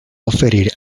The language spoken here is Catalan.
oferir